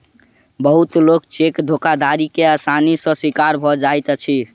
बहुत लोक चेक धोखाधड़ी के आसानी सॅ शिकार भ जाइत अछि